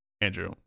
Andrew